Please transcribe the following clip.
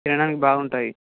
తినడానికి బాగుంటాయి